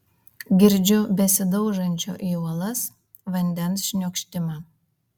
girdžiu besidaužančio į uolas vandens šniokštimą